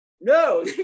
No